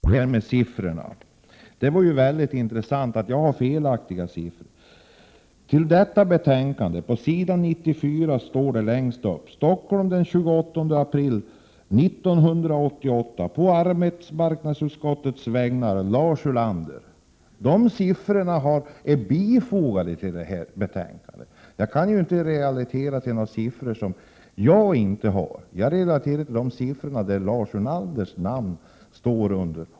Herr talman! Som Lars Ulander vet, behandlas bara en liten del av regionalpolitiken i det här betänkandet. I reservation 2, där vi för fram vår syn på regionalpolitiken, säger vi att det är den ekonomiska politiken som är avgörande för regional balans. Jag tycker Lars Ulander skulle låta bli att haka upp sig på en enda motion, den om Stockholm. Det var intressant att höra att jag skulle ha relaterat felaktiga siffror. Längst upp på s. 94 i betänkandet står dock: De siffror jag nämnde är bifogade till detta betänkande. Jag kan inte relatera siffror som jag inte har — jag relaterar till de siffror som Lars Ulanders namn står under.